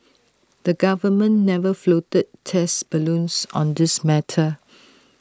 the government never floated test balloons on this matter